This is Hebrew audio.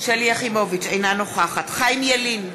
אינה נוכחת חיים ילין,